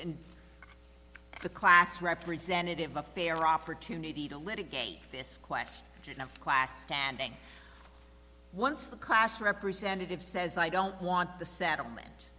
the class representative a fair opportunity to litigate this class of class standing once the class representative says i don't want the settlement